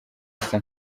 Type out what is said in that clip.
asa